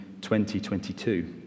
2022